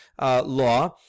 law